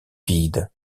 vide